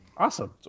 Awesome